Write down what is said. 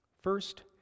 First